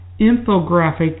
Infographic